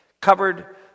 Covered